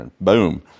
Boom